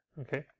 Okay